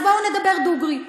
אז בואו נדבר דוגרי,